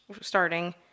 starting